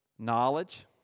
Knowledge